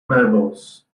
meubels